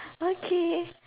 okay